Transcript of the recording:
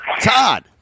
Todd